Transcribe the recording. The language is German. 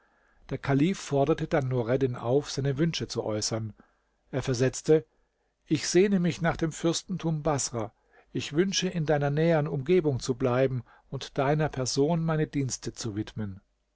der kalif forderte dann nureddin auf seine wünsche zu äußern er versetzte ich sehne mich nach dem fürstentum baßrah ich wünsche in deiner nähern umgebung zu bleiben und deiner person meine dienste zu widmen